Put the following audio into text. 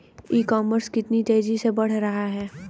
ई commerce कितनी तेजी से बढ़ रहा है?